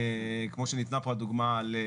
כמו שניתנה פה הדוגמה.